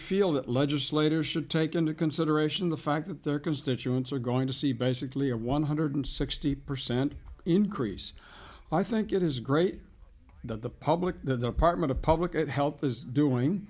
feel that legislators should take into consideration the fact that their constituents are going to see basically a one hundred sixty percent increase i think it is great that the public that the apartment of public health is doing